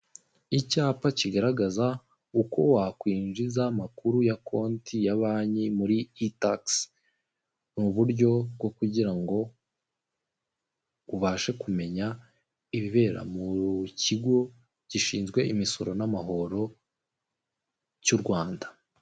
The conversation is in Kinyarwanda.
Icyapa kigaragaza uko wakwinjiza amakuru ya konti ya banki muri E-TAX, ni uburyo bwo kugira ngo ubashe kumenya ibibera mu kigo gishinzwe imisoro n'amahoro cy'u Rwanda.